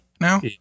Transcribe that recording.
now